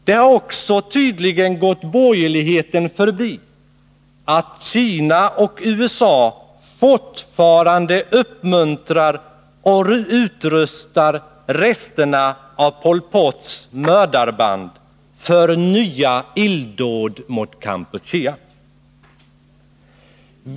Det har tydligen också gått borgerligheten förbi att Kina och USA fortfarande uppmuntrar och utrustar resterna av Pol Pots mördarband för nya illdåd mot Kampuchea.